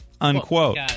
unquote